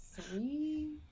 three